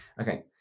Okay